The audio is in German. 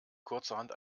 kurzerhand